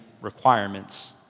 requirements